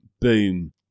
boom